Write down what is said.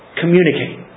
communicate